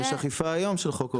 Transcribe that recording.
יש אכיפה היום של החוק.